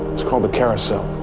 it's called the carousel.